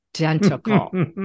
identical